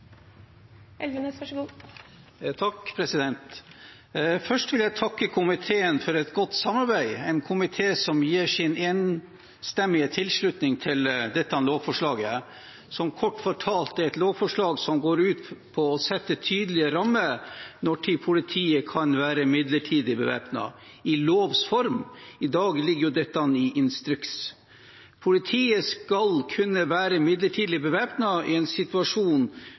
Først vil jeg takke komiteen for et godt samarbeid, en komité som gir sin enstemmige tilslutning til dette lovforslaget, som kort fortalt er et lovforslag som går ut på å sette tydelige rammer i lovs form for når politiet kan være midlertidig bevæpnet. I dag ligger dette i instruks. Politiet skal kunne være midlertidig bevæpnet i en situasjon